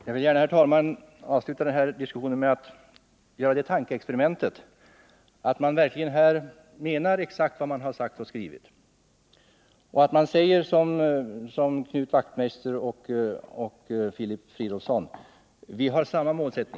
Herr talman! Jag vill gärna avsluta denna diskussion med att göra det tankeexperimentet att moderaterna verkligen menar exakt vad de har sagt och skrivit. Knut Wachtmeister och Filip Fridolfsson säger att vi har samma målsättning.